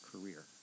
career